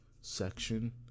section